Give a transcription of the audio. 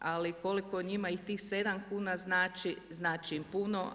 Ali koliko njima i tih sedam kuna znači, znači im puno.